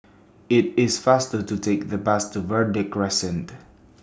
IT IS faster to Take The Bus to Verde Crescent